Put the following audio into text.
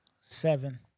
Seven